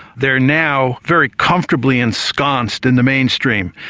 they are now very comfortably ensconced in the mainstream.